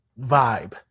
vibe